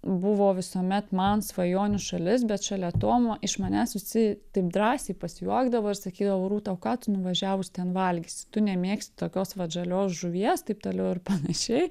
buvo visuomet man svajonių šalis bet šalia tomo iš manęs visi taip drąsiai pasijuokdavo ir sakydavo rūta o ką tu nuvažiavus ten valgysi tu nemėgsti tokios vat žalios žuvies taip toliau ir panašiai